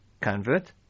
convert